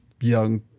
young